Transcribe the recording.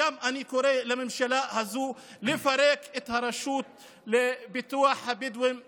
אני קורא לממשלה הזאת לפרק את הרשות לפיתוח הבדואים בנגב,